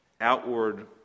outward